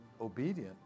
obedient